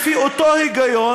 לפי אותו היגיון,